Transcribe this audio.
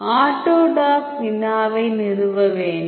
AutoDock வினாவை நிறுவ வேண்டும்